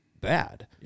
bad